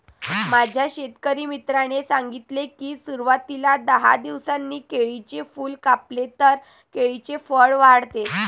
माझ्या शेतकरी मित्राने सांगितले की, सुरवातीला दहा दिवसांनी केळीचे फूल कापले तर केळीचे फळ वाढते